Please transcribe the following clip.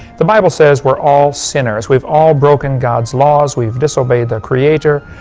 the bible says we're all sinners. we've all broken god's laws. we've disobeyed the creator.